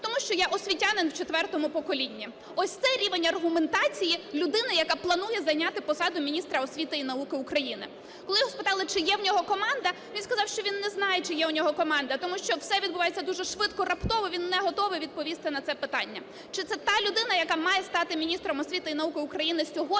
"Тому що я – освітянин в четвертому поколінні". Ось це рівень аргументації людини, яка планує зайняти посаду міністра освіти і науки України. Коли у нього спитали, чи є у нього команда, він сказав, що він не знає, чи є у нього команда, тому що все відбувається дуже швидко, раптово, він не готовий відповісти на це питання. Чи це та людина, яка має стати міністром освіти і науки України сьогодні,